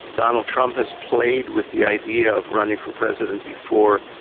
donald trump has played with the idea of running for president before,